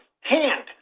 hand